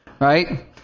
right